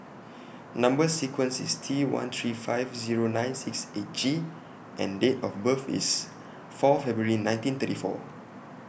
Number sequence IS T one three five Zero nine six eight G and Date of birth IS four February nineteen thirty four